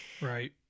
Right